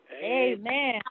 Amen